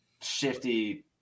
shifty